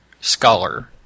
Scholar